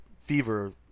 fever